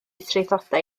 traethodau